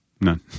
None